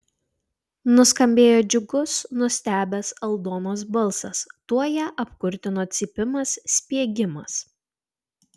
nuskambėjo džiugus nustebęs aldonos balsas tuoj ją apkurtino cypimas spiegimas